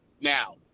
Now